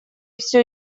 все